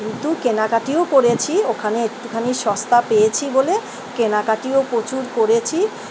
কিন্তু কেনাকাটাও করেছি ওখানে একটুখানি সস্তা পেয়েছি বলে কেনাকাটাও প্রচুর করেছি